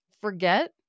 Forget